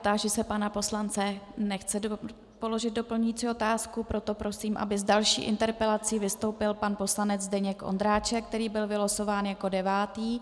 Táži se pana poslance nechce položit doplňující otázku, proto prosím, aby s další interpelací vystoupil pan poslanec Zdeněk Ondráček, který byl vylosován jako devátý.